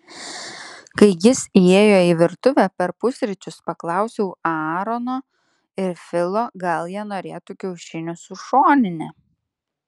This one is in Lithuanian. kai jis įėjo į virtuvę per pusryčius paklausiau aarono ir filo gal jie norėtų kiaušinių su šonine